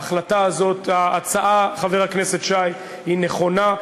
ההצעה הזאת היא נכונה,